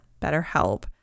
BetterHelp